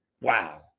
Wow